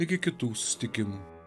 iki kitų susitikimų